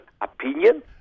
Opinion